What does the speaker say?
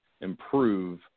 improve